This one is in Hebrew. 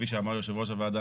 כפי שאמר יושב ראש הוועדה,